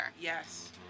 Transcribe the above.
Yes